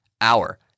hour